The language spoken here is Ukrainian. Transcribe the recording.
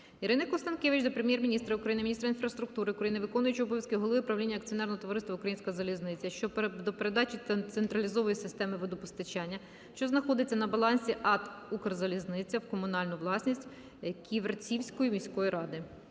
Ірини Констанкевич до Прем'єр-міністра України, міністра інфраструктури України, виконуючого обов'язки голови правління Акціонерного товариства "Українська залізниця" щодо передачі централізованої системи водопостачання, що знаходиться на балансі АТ "Укрзалізниця", в комунальну власність Ківерцівської міської ради.